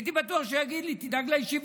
הייתי בטוח שהוא יגיד לי: תדאג לישיבות.